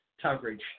coverage